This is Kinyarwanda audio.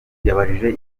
yabajijwe